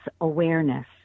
awareness